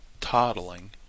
toddling